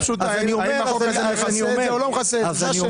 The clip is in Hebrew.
האם החוק מכסה את זה או לא מכסה את זה?